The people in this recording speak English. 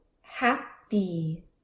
happy